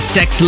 Sex